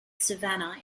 savanna